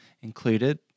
included